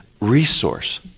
resource